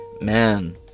Man